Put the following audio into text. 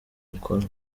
ukora